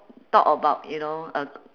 talk about you know uh